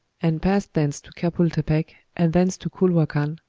and passed thence to capultepec, and thence to culhuacan,